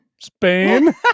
Spain